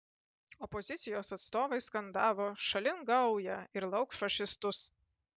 opozicijos atstovai skandavo šalin gaują ir lauk fašistus